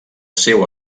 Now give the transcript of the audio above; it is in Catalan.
seu